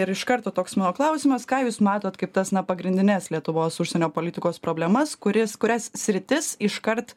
ir iš karto toks mano klausimas ką jūs matot kaip tas na pagrindines lietuvos užsienio politikos problemas kuris kurias sritis iškart